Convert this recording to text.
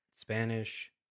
Spanish